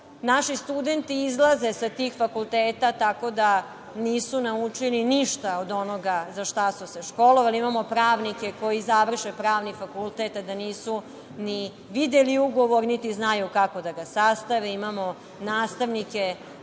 Naši studenti izlaze sa tih fakulteta tako da nisu naučili ništa od onoga za šta su se školovali. Imamo pravnike koji završe pravni fakultet, a da nisu ni videli ugovor, niti znaju kako da ga sastave. Imamo nastavnike